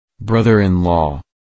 Brother-in-law